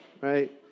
right